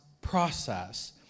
process